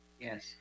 Yes